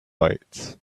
lights